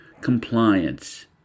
compliance